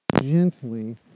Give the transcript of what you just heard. gently